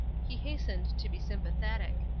he hastened to be sympathetic.